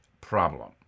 problem